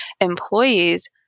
employees